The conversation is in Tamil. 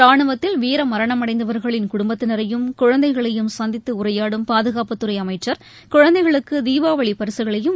ராணுவத்தில் வீரமரணமடைந்தவர்களின் குடும்பத்தினரையும் குழந்தைகளையும் சந்தித்துஉரையாடும் பாதுகாப்புத்துறைஅமைச்சர் குழந்தைகளுக்குதீபாவளிபரிசுகளையும் வழங்கவுள்ளார்